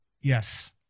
Yes